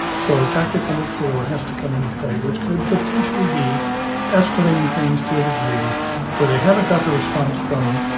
so tactic number four has to come into play, which could potentially be escalating things to a degree where they haven't got the response from,